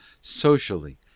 socially